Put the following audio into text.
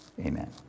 amen